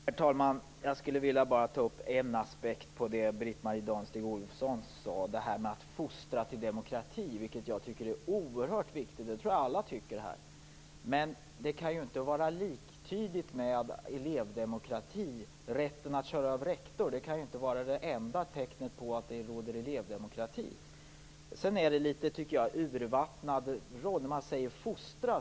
Herr talman! Jag vill ta upp en aspekt på det Britt Marie Danestig-Olofsson sade, nämligen att fostra till demokrati. Jag tycker att det är oerhört viktigt - jag tror alla tycker det. Men det kan inte vara liktydigt med "Elevdemokrati - rätten att köra över rektor". Det kan inte vara det enda tecknet på att det råder elevdemokrati. Det är litet urvattnat med ordet fostra.